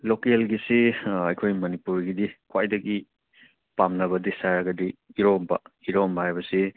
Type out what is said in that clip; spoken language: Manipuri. ꯂꯣꯀꯦꯜꯍꯤꯁꯦ ꯑꯩꯈꯣꯏ ꯃꯅꯤꯄꯨꯔꯒꯤꯗꯤ ꯈ꯭ꯋꯥꯏꯗꯒꯤ ꯄꯥꯝꯅꯕ ꯗꯤꯁ ꯍꯥꯏꯔꯒꯗꯤ ꯏꯔꯣꯟꯕ ꯏꯔꯣꯟꯕ ꯍꯥꯏꯕꯁꯤ